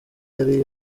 yari